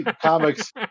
comics